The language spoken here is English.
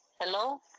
Hello